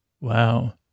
Wow